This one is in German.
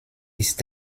ist